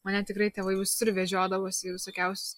mane tikrai tėvai visur vežiodavosi į visokiausius